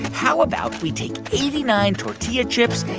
how about we take eighty nine tortilla chips,